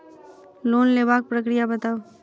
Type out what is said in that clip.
Loan लेबाक प्रक्रिया बताऊ?